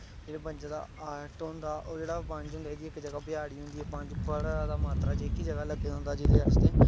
जेह्ड़ा बंजै दा आर्ट होंदा जेह्ड़ा बंज दी बाड़ियां होंदियां बंज बड़ा जैदा इक जगह मात्तरा च लग्गे दा होंदा जेह्दे आस्तै